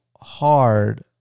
hard